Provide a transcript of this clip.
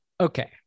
Okay